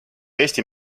eesti